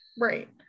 right